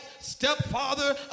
stepfather